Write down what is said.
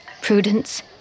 Prudence